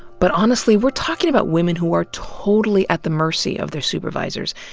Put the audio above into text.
but honestly, we're talking about women who are totally at the mercy of their supervisors.